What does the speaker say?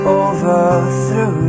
overthrew